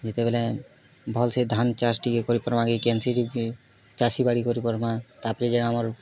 ଯେତେବେଲେ ଭଲ୍ ସେ ଧାନ ଚାଷ୍ ଟିକେ କରି ପାରବା କେ କେନସି ଟିକେ ଚାଷୀ ବାଡ଼ି କରି ପାରମା ତା'ପରେ ଯାଇ ଆମର୍